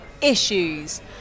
issues